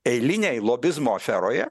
eiliniai lobizmo aferoje